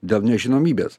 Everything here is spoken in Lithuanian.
dėl nežinomybės